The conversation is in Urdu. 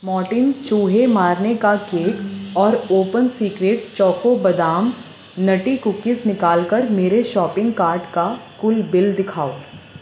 مورٹین چوہے مارنے کا کیک اور اوپن سیکرٹ چوکو بادام نٹی کوکیز نکال کر میرے شاپنگ کارٹ کا کل بل دکھاؤ